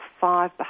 five